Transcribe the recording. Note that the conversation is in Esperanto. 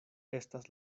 estas